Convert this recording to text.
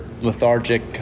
lethargic